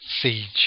siege